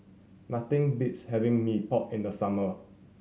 nothing beats having Mee Pok in the summer